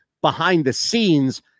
behind-the-scenes